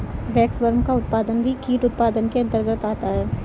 waxworm का उत्पादन भी कीट उत्पादन के अंतर्गत आता है